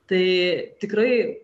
tai tikrai